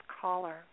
caller